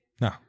No